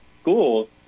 schools